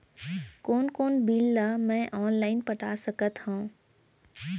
कोन कोन बिल ला मैं ऑनलाइन पटा सकत हव?